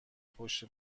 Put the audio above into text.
پشت